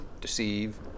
deceive